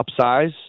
upsize